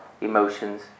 emotions